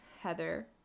Heather